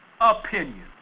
opinion